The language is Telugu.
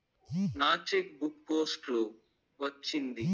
నా చెక్ బుక్ పోస్ట్ లో వచ్చింది